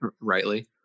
rightly